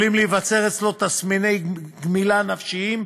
יכולים להיווצר אצלו תסמיני גמילה נפשיים,